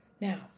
now